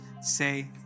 Say